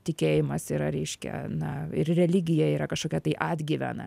tikėjimas yra reiškia na ir religija yra kažkokia tai atgyvena